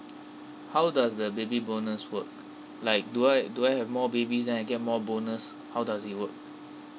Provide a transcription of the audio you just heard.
how does the baby bonus work like do I do I have more babies then I get more bonus how does it work